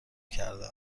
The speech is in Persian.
کرده